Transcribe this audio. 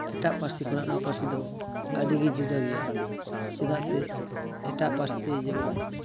ᱮᱴᱟᱜ ᱯᱟᱹᱨᱥᱤ ᱠᱷᱚᱱᱟᱜ ᱱᱚᱣᱟ ᱯᱟᱹᱨᱥᱤ ᱫᱚ ᱟᱹᱰᱤᱜᱮ ᱡᱩᱫᱟᱹ ᱜᱮᱭᱟ ᱪᱮᱫᱟᱜ ᱥᱮ ᱮᱴᱟᱜ ᱯᱟᱹᱨᱥᱤᱛᱮ ᱡᱮᱢᱚᱱ